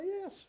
yes